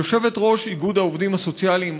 יושבת-ראש איגוד העובדים הסוציאליים,